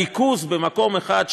ריכוז המפעלים במקום אחד,